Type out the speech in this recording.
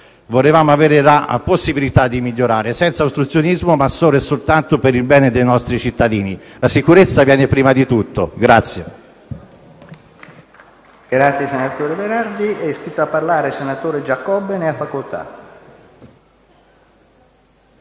volevamo avere la possibilità di migliorare: senza ostruzionismo, ma solo e soltanto per il bene dei nostri cittadini. La sicurezza viene prima di tutto.